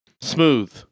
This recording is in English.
Smooth